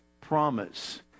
promise